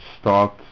start